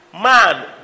man